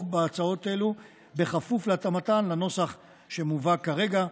בהצעות אלו בכפוף להתאמתן לנוסח שמובא כרגע.